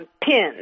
pins